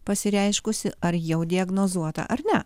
pasireiškusi ar jau diagnozuota ar ne